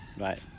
right